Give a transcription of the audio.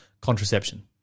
contraception